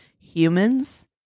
humans